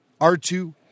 R2